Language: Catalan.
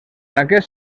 aquest